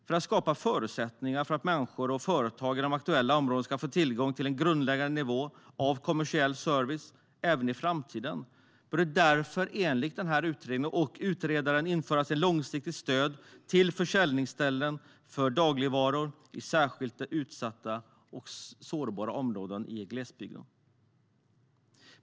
För att skapa förutsättningar för människor och företag i de aktuella områdena att även i framtiden få tillgång till en grundläggande nivå av kommersiell service bör det enligt utredaren införas ett långsiktigt stöd till försäljningsställen för dagligvaror i särskilt utsatta och sårbara områden i glesbygden.